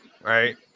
right